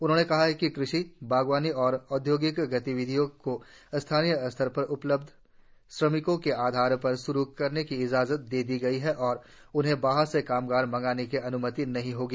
उन्होंने कहा कि कृषि बाग़वानी और औदयोगिक गतिविधियों को स्थानीय स्तर पर उपलब्ध श्रमिकों के आधार पर शुरु करने की इजाजत दी गई है और वे बाहर से कामगार मंगाने की अन्मति नहीं होगी